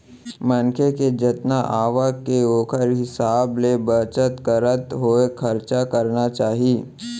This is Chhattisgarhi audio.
मनखे के जतना आवक के ओखर हिसाब ले बचत करत होय खरचा करना चाही